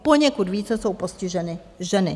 Poněkud více jsou postiženy ženy.